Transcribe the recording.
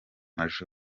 maj